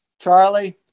Charlie